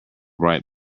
bright